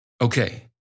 Okay